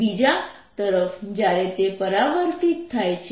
બીજા તરફ જ્યારે તે પરાવર્તિત થાય છે